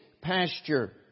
pasture